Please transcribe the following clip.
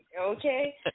Okay